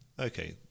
okay